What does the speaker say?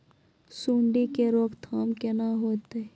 सुंडी के रोकथाम केना होतै?